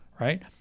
right